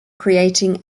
creating